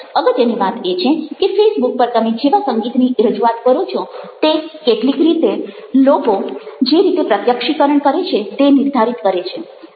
અગત્યની વાત એ છે કે ફેઇસબુક પર તમે જેવા સંગીતની રજૂઆત કરો છો તે કેટલીક રીતે લોકો જે રીતે પ્રત્યક્ષીકરણ કરે છે તે નિર્ધારિત કરે છે